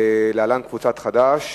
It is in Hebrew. להלן: קבוצת סיעת חד"ש.